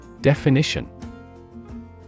Definition